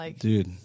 Dude